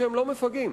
שאינם מפגעים.